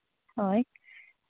ᱦᱳᱭ